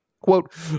Quote